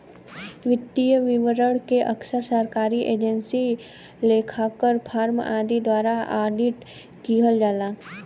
वित्तीय विवरण के अक्सर सरकारी एजेंसी, लेखाकार, फर्मों आदि द्वारा ऑडिट किहल जाला